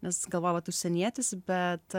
nes galvoja vat užsienietis bet